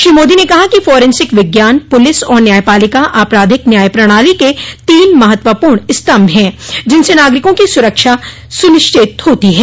श्री मोदी ने कहा कि फोरेन्सिक विज्ञान पुलिस और न्यायपालिका आपराधिक न्यायप्रणाली के तीन महत्वपूर्ण स्तंभ हैं जिनसे नागरिकों की सुरक्षा सुनिश्चित होती है